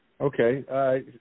Okay